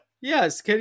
Yes